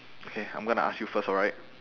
okay I'm gonna ask you first alright